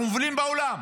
אנחנו המובילים בעולם,